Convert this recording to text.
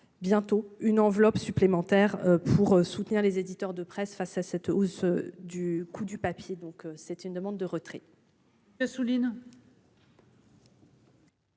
bientôt une enveloppe supplémentaire pour soutenir les éditeurs de presse face à cette hausse du coût du papier, donc c'est une demande de retrait.